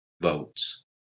votes